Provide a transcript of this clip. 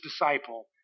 disciple